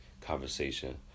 conversation